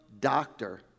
doctor